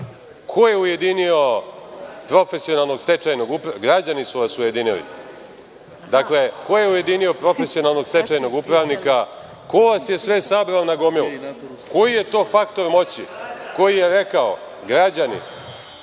Ko je ujedinio profesionalnog stečajnog upravnika. Građani su vas ujedinili. Dakle, ko je ujedinio profesionalnog stečajnog upravnika? Ko vas je sve sabrao na gomilu? Koji je to faktor moći koji je rekao građani,